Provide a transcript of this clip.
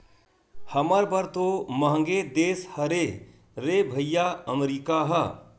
हमर बर तो मंहगे देश हरे रे भइया अमरीका ह